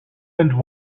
and